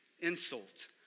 insult